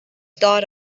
thought